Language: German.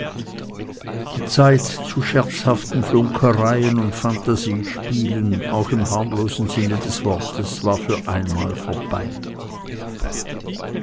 die zeit zu scherzhaften flunkereien und phantasiespielen auch im harmlosen sinne des wortes war für einmal vorbei